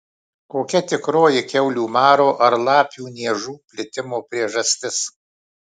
kokia tikroji kiaulių maro ar lapių niežų plitimo priežastis